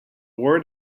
word